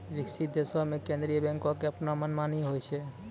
विकसित देशो मे केन्द्रीय बैंको के अपनो मनमानी होय छै